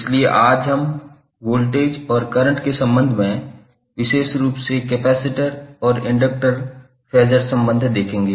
इसलिए आज हम वोल्टेज और करंट के संबंध में विशेष रूप से कैपेसिटर और प्रारंभ करनेवाला फेसर संबंध देखेंगे